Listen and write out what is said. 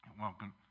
Welcome